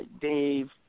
Dave